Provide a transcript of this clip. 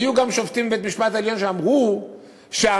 היו גם שופטים בבית-המשפט העליון שאמרו שהמשפט